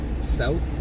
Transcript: South